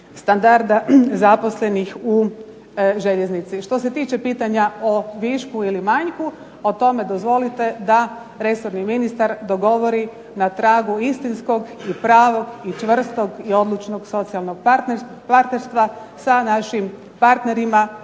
standarda zaposlenih u željeznici. Što se tiče pitanja o višku i manjku, o tome dozvolite da resorni ministar dogovori na tragu istinskog i pravog i čvrstog i odlučnog socijalnog partnerstva sa našim partnerima,